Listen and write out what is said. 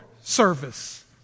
service